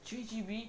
three G_B